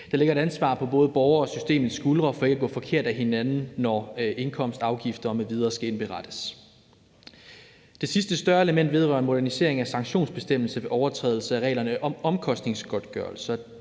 der ligger et ansvar på både borgerne og systemets skuldre for ikke at gå forkert af hinanden, når indkomst og afgifter m.v. skal indberettes. Det sidste større element vedrører en modernisering af sanktionsbestemmelsen ved overtrædelser af reglerne om omkostningsgodtgørelse,